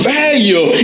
value